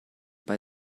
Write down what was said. bei